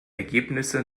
ergebnisse